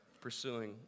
pursuing